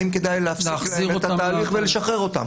האם כדאי להפסיק להם את התהליך ולשחרר אותם